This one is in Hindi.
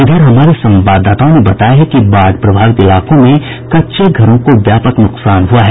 इधर हमारे संवाददाताओं ने बताया है कि बाढ़ प्रभावित इलाकों में कच्चे घरों को व्यापक नुकसान हुआ है